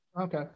Okay